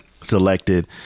selected